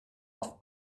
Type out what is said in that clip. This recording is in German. oft